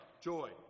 joy